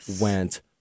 went